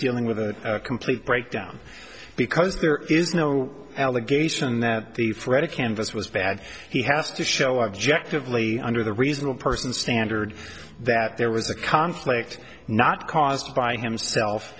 dealing with a complete breakdown because there is no allegation that the fred a canvas was bad he has to show objectively under the reasonable person standard that there was a conflict not caused by himself